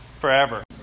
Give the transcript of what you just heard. forever